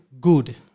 good